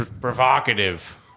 provocative